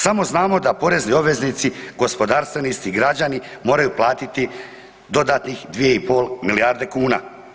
Samo znamo da porezni obveznici, gospodarstvenici, građani, moraju platiti dodatnih 2,5 milijarde kuna.